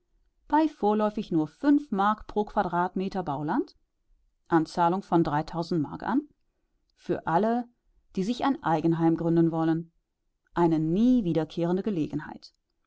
bei vorläufig nur fünf mark pro quadratmeter bauland anzahlung von mark an für alle die sich ein eigenheim gründen wollen eine nie wiederkehrende gelegenheit